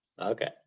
okay